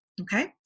okay